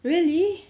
really